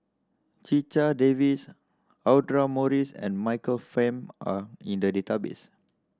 Checha Davies Audra Morrice and Michael Fam are in the database